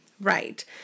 Right